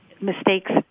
mistakes